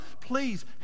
please